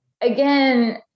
again